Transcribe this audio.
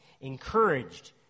encouraged